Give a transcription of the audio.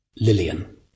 Lillian